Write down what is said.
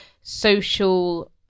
social